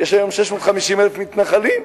היום יש 650,000 מתנחלים,